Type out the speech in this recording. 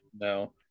No